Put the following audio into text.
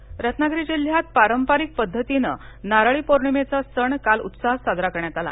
पौर्णिमाः रत्नागिरी जिल्ह्यात पारंपरिक पद्धतीनं नारळी पौर्णिमेचा सण काल उत्साहात साजरा करण्यात आला